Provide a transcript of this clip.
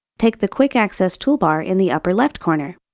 take the quick access toolbar in the upper left corner.